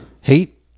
Hate